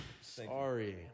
Sorry